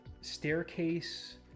staircase